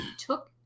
took